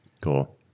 Cool